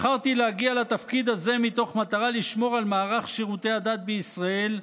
בחרתי להגיע לתפקיד הזה מתוך מטרה לשמור על מערך שירותי הדת בישראל,